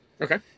Okay